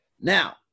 Now